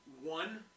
one